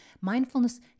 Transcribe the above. mindfulness